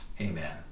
Amen